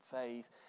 faith